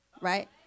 right